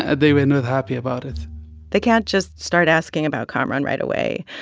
and they were not happy about it they can't just start asking about kamaran right away.